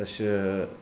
तस्य